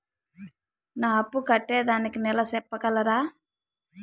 నా అప్పు కట్టేదానికి నెల సెప్పగలరా?